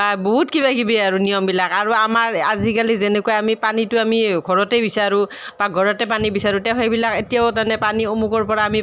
বা বহুত কিবা কিবি আৰু নিয়মবিলাক আৰু আমাৰ আজিকালি যেনেকৈ আমি পানীটো আমি ঘৰতে বিচাৰোঁ পাকঘৰতে পানী বিচাৰোঁ তেওঁ সেইবিলাক এতিয়াও তাৰ মানে পানী অমুকৰ পৰা আমি